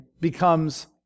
becomes